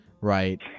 right